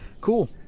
Cool